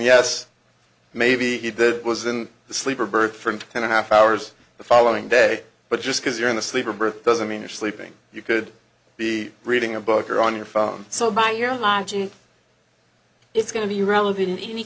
yes maybe he did was in the sleeper berth front and a half hours the following day but just because you're in the sleeper berth doesn't mean you're sleeping you could be reading a book or on your phone so by your logic it's going to be relevant in any